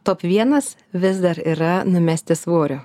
top vienas vis dar yra numesti svorio